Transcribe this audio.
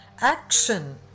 Action